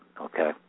okay